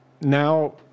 now